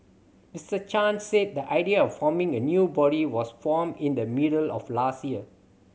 Mister Chan said the idea of forming a new body was formed in the middle of last year